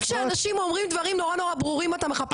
גם כשאנשים אומרים דברים נורא נורא ברורים אתה מחפש בעיות?